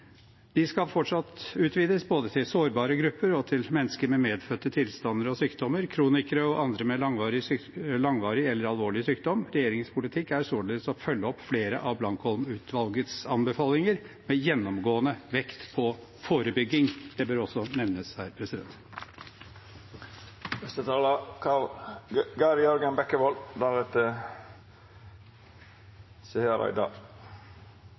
De skal fortsatt utvides, både til sårbare grupper og til mennesker med medfødte tilstander og sykdommer, kronikere og andre med langvarig eller alvorlig sykdom. Regjeringens politikk er således å følge opp flere av Blankholm-utvalgets anbefalinger, med gjennomgående vekt på forebygging. Det bør også nevnes her.